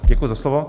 Děkuji za slovo.